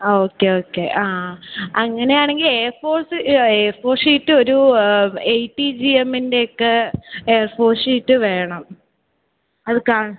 ആ okay okay ആ അങ്ങനെയാണെങ്കിൽ ഏ ഫോർ സ്സ് ഏ ഫോർ ഷീറ്റ് ഒരൂ എയ്റ്റി ജീയെമ്മിന്റെയൊക്കെ ഏ ഫോർ ഷീറ്റ് വേണം അത് കാ